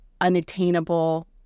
unattainable